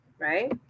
Right